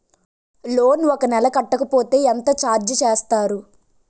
Loan ఒక నెల కట్టకపోతే ఎంత ఛార్జ్ చేస్తారు?